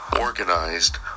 organized